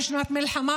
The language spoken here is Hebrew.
היא שנת מלחמה,